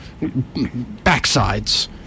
backsides